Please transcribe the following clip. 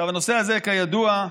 הנושא הזה, כידוע,